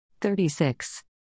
36